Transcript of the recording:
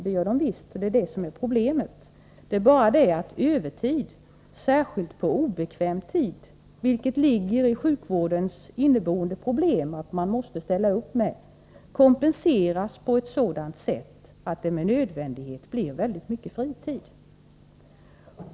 Det gör de visst, det är just problemet. Men övertid, särskilt på obekväm tid, vilket det ligger i sjukvårdens inneboende natur att man måste ställa upp för, kompenseras på ett sådant sätt att det med nödvändighet blir väldigt mycket fritid.